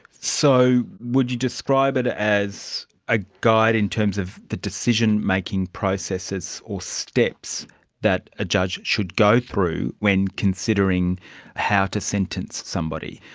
so would you describe it ah as a guide in terms of the decision-making processes or steps that a judge should go through when considering how to sentence somebody?